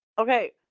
Okay